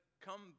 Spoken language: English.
come